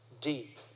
deep